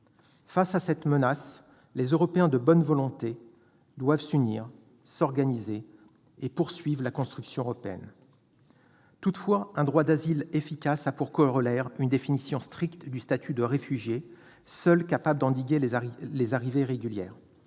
Devant cette menace, les Européens de bonne volonté doivent s'organiser, s'unir et poursuivre la construction européenne. Toutefois, un droit d'asile efficace a pour corollaire une définition stricte du statut de réfugié, seule à même d'endiguer les arrivées irrégulières.